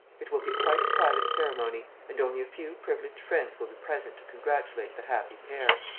it will be quite a private ceremony and only a few privileged friends will be present to congratulate the happy pair.